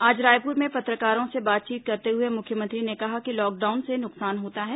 आज रायपुर में पत्रकारों से बातचीत करते हुए मुख्यमंत्री ने कहा कि लॉकडाउन से नुकसान होता है